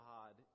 God